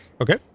Okay